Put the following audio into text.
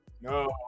No